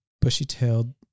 bushy-tailed